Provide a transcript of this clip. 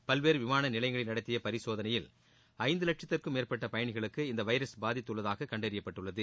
பல்வேறு விமான நிலையங்களில் நடத்திய பரிசோதனையில் ஐந்து லட்சத்திற்கும் மேற்பட்ட பயணிகளுக்கு இந்த வைரஸ் பாதித்துள்ளதாக கண்டறியப்பட்டுள்ளது